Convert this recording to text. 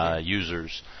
users